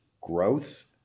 growth